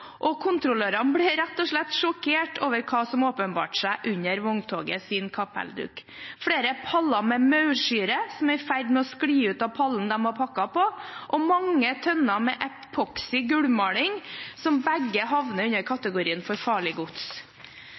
og kontrollørene ble rett og slett sjokkert over hva som åpenbarte seg under vogntogets kapellduk: flere paller med maursyre, som var i ferd med å skli ut av pallen de var pakket på, og mange tønner med epoxy gulvmaling, som begge havner under kategorien farlig gods. Alle vogntog som frakter farlig gods,